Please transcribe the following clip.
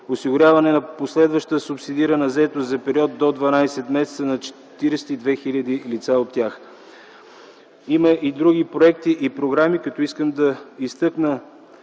осигуряване на последваща субсидирана заетост за период до 12 месеца на 42 000 лица от тях. Има и други проекти и програми, като искам да изтъкна